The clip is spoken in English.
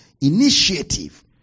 initiative